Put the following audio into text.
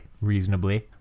reasonably